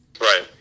Right